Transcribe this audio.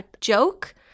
joke